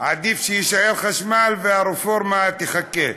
עדיף שיישאר חשמל והרפורמה תיחקק.